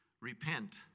Repent